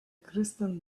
christian